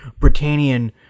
Britannian